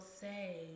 say